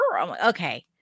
Okay